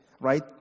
Right